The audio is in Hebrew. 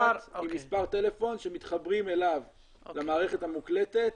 עם מספר טלפון שמתחברים אליו למערכת המוקלטת.